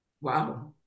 Wow